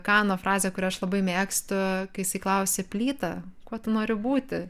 kano frazė kurią aš labai mėgstu kai jisai klausia plyta kuo tu nori būti